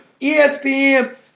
ESPN